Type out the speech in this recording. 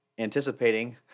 anticipating